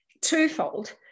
twofold